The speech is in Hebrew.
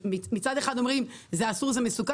מצד אחד אנחנו אומרים שזה אסור ומסוכן